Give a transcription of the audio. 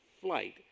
flight